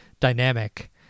dynamic